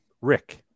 Rick